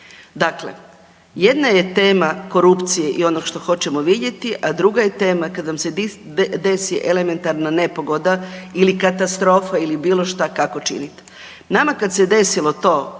Dakle, jedna je tema korupcije i onog što hoćemo vidjeti, a druga je tema kad vam se desi elementarna nepogoda ili katastrofa ili bilo šta kako činit. Nama kad se desilo to,